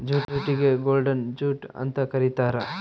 ಜೂಟಿಗೆ golden jute ಅಂತ ಕರೀತಾರ